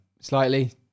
Slightly